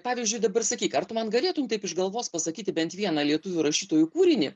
pavyzdžiui dabar sakyk ar tu man galėtum taip iš galvos pasakyti bent vieną lietuvių rašytojų kūrinį